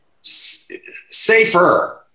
safer